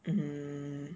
mm